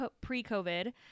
pre-COVID